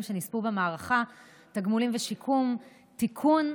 שנספו במערכה (תגמולים ושיקום) (תיקון,